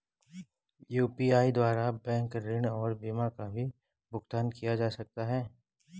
UPI द्वारा bank ऋण और बीमा का भी भुगतान किया जा सकता है?